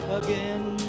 again